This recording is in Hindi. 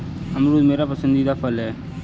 अमरूद मेरा पसंदीदा फल है